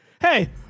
Hey